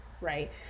Right